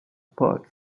potts